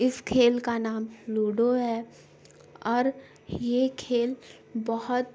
اس کھیل کا نام لوڈو ہے اور یہ کھیل بہت